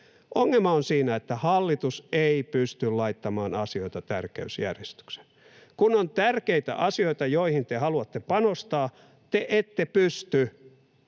Ongelma on siinä, että hallitus ei pysty laittamaan asioita tärkeysjärjestykseen. Kun on tärkeitä asioita, joihin te haluatte panostaa, te ette pysty,